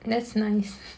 that's nice